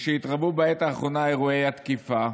משהתרבו בעת האחרונה אירועי התקיפה,